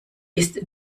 ist